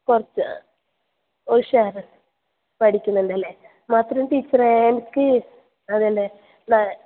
കുറച്ച് ഉഷാറ് പഠിക്കുന്നുണ്ടല്ലേ മാത്രമല്ല ടീച്ചറേ എനിക്ക് അതെ അല്ലേ നാ